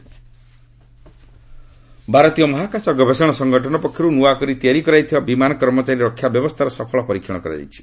ISRO ଭାରତୀୟ ମହାକାଶ ଗବେଷଣା ସଂଗଠନ ପକ୍ଷରୁ ନୂଆକରି ତିଆରି କରାଯାଇଥିବା ବିମାନ କର୍ମଚାରୀ ରକ୍ଷା ବ୍ୟବସ୍ଥାର ସଫଳ ପରୀକ୍ଷଣ କରାଯାଇଛି